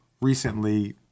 recently